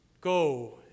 Go